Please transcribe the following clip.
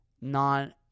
non